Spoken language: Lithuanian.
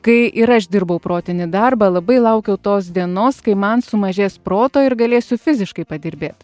kai ir aš dirbau protinį darbą labai laukiau tos dienos kai man sumažės proto ir galėsiu fiziškai padirbėt